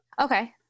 okay